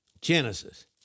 Genesis